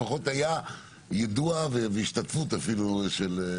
לפחות היה יידוע והשתתפות אפילו של נציג.